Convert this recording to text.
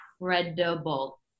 incredible